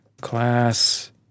Class